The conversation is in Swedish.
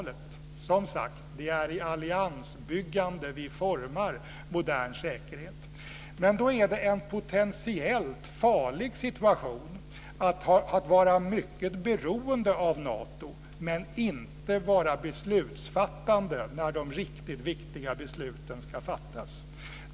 Det är som sagt i alliansbyggande vi formar modern säkerhet. Men det är en potentiellt farlig situation att vara mycket beroende av Nato men inte vara beslutsfattande när de riktigt viktiga besluten ska fattas.